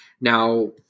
Now